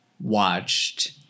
watched